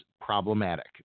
problematic